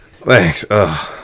Thanks